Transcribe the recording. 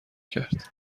کرد